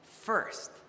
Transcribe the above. First